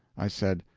i said,